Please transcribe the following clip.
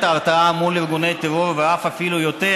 ההרתעה מול ארגוני טרור ואפילו יותר,